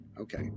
Okay